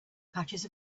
patches